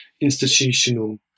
institutional